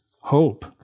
hope